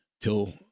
till